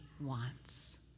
wants